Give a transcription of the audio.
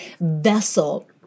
vessel